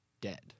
dead